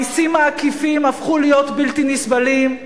המסים העקיפים הפכו להיות בלתי נסבלים,